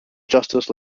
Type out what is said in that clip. justice